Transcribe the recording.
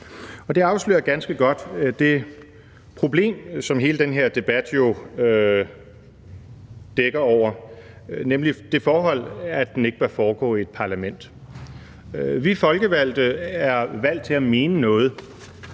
Det afslører ganske godt det problem, som hele den her debat jo dækker over, nemlig det forhold, at den ikke bør foregå i et parlament. Vi folkevalgte er valgt til at mene noget,